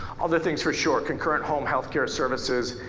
other things for sure, concurrent home health care services.